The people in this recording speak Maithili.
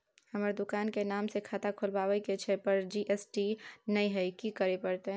हमर दुकान के नाम से खाता खुलवाबै के छै पर जी.एस.टी नय हय कि करे परतै?